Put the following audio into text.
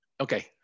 Okay